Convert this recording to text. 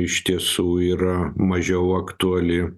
iš tiesų yra mažiau aktuali